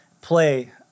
play